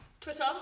Twitter